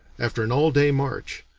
after an all day march,